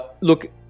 look